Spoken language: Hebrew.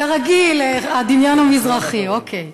כרגיל, הדמיון המזרחי, אוקיי.